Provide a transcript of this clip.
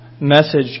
message